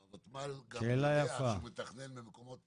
הוותמ"ל, שידע שהוא מתכנן במקומות